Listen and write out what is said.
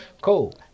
cool